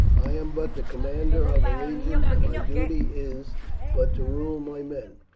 i am but the commander of a legion, and my duty is but to rule my men.